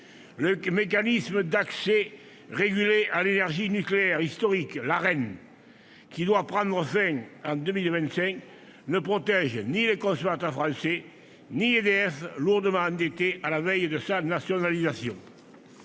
Le mécanisme d'accès régulé à l'électricité nucléaire historique (Arenh), qui doit prendre fin en 2025, ne protège ni les consommateurs français ni EDF, lourdement endettée à la veille de sa nationalisation.